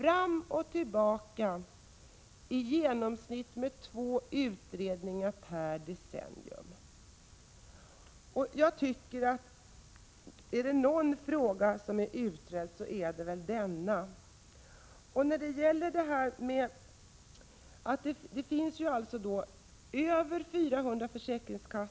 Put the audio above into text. Jag vet inte hur många ytterligare utredningar Stig Josefson kräver för att vi skall kunna gå till beslut i den här frågan. Vi har haft elva offentliga utredningar, tio sedan 1936.